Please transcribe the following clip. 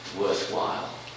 worthwhile